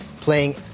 playing